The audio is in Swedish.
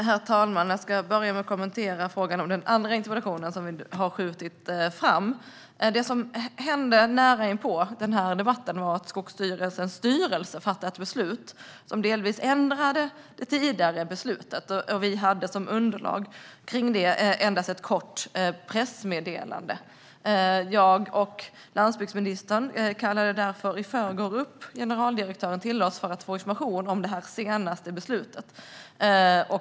Herr talman! Jag börjar med att kommentera frågan om den andra interpellationen och om debatten som vi har skjutit fram. Det som hände nära inpå denna debatt var att Skogsstyrelsen fattade ett beslut som delvis ändrade det tidigare beslutet. Som underlag till det hade vi endast ett kort pressmeddelande. Jag och landsbygdsministern kallade därför i förrgår upp generaldirektören till oss för att få information om det senaste beslutet.